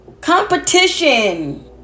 competition